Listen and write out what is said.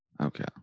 Okay